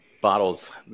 bottle's